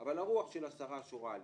אך רוח השרה שורה עליהם,